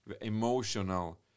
emotional